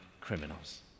criminals